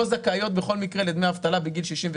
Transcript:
לא זכאיות בכל מקרה לקצבת זקנה בגיל 62